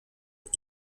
eat